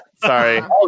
sorry